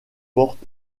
porte